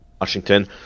Washington